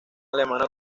alemana